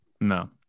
No